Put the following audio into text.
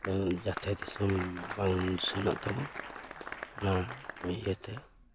ᱡᱟᱛᱮ ᱫᱤᱥᱚᱢ ᱵᱟᱝ ᱥᱮᱱᱚᱜ ᱛᱟᱵᱚᱱ ᱚᱱᱟ ᱤᱭᱟᱹ ᱛᱮ